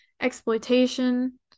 exploitation